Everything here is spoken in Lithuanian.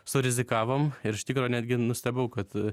surizikavom ir iš tikro netgi nustebau kad